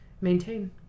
maintain